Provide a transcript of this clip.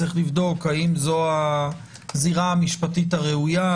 צריך לבדוק האם זו הזירה המשפטית הראויה,